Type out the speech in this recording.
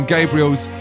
Gabriel's